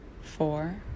four